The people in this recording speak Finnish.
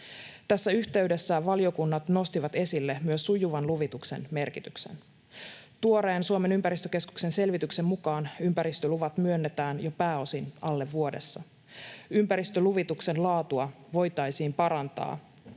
Tässä yhteydessä valiokunnat nostivat esille myös sujuvan luvituksen merkityksen. Tuoreen Suomen ympäristökeskuksen selvityksen mukaan ympäristöluvat myönnetään jo pääosin alle vuodessa. Ympäristöluvituksen laatua voitaisiin parantaa